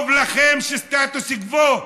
טוב לכם סטטוס קוו.